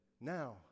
now